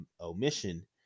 omission